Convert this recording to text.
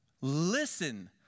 Listen